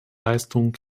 leistung